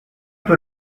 peut